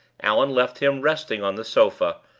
allan left him resting on the sofa,